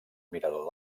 mirador